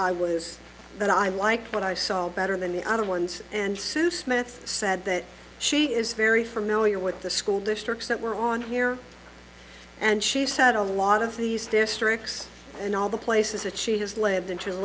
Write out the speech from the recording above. i was that i liked what i saw better than the other ones and sue smith said that she is very familiar with the school districts that were on here and she said a lot of these districts and all the places that she has led them to